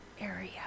area